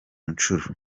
nshuro